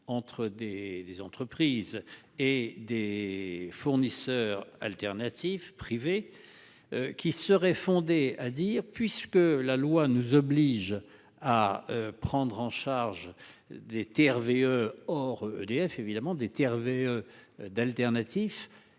entre des des entreprises et des fournisseurs alternatifs privés. Qui serait fondé à dire puisque la loi nous oblige à prendre en charge des TRV or EDF évidemment des TRV. D'alternatifs,